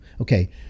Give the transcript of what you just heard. Okay